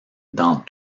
dans